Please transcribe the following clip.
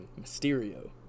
Mysterio